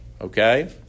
Okay